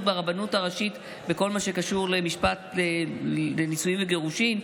ברבנות הראשית בכל מה שקשור לנישואים וגירושים,